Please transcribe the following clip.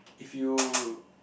if you